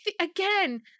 again